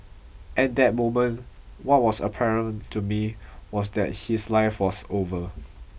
at that moment what was apparent to me was that his life was over